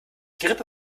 gerippe